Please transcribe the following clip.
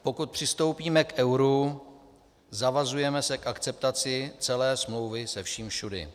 Pokud přistoupíme k euru, zavazujeme se k akceptaci celé smlouvy se vším všudy.